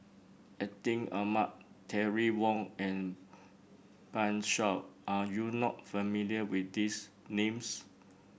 Atin Amat Terry Wong and Pan Shou are you not familiar with these names